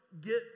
get